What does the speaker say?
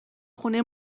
خونه